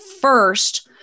first